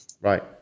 Right